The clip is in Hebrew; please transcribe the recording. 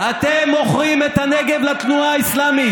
אתם מוכרים את הנגב לתנועה האסלאמית.